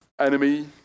enemy